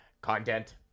Content